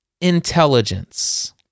intelligence